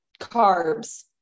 carbs